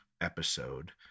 episode